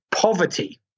poverty